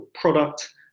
product